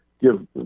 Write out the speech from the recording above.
give